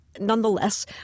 nonetheless